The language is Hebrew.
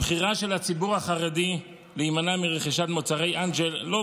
הבחירה של הציבור החרדי להימנע מרכישת מוצרי אנג'ל לא